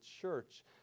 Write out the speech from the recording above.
church